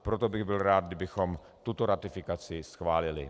Proto bych byl rád, kdybychom tuto ratifikaci schválili.